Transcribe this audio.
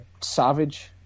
Savage